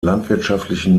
landwirtschaftlichen